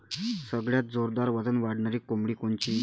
सगळ्यात जोरात वजन वाढणारी कोंबडी कोनची?